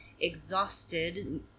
exhausted